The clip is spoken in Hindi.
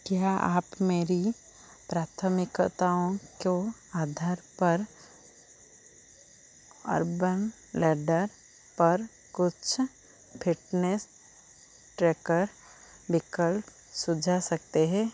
क्या आप मेरी प्राथमिकताओं के आधार पर अर्बन लैडर पर कुछ फिटनेस ट्रैकर विकल्प सुझा सकते हे